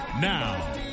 Now